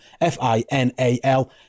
F-I-N-A-L